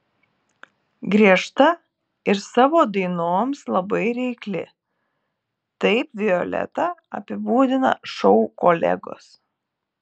griežta ir savo dainoms labai reikli taip violetą apibūdina šou kolegos